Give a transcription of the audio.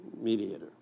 mediator